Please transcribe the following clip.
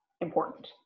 important